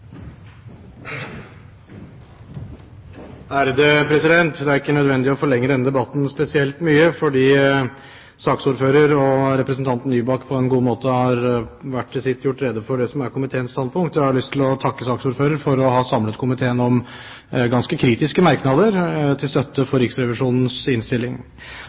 Nybakk på en god måte har – hver til sitt – gjort rede for det som er komiteens standpunkt. Jeg har lyst til å takke saksordføreren for å ha samlet komiteen om ganske kritiske merknader til støtte